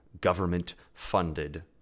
government-funded